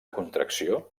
contracció